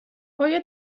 آیا